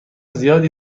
زیادی